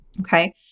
Okay